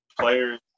players